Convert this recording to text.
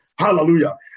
Hallelujah